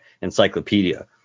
encyclopedia